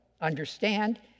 understand